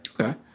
Okay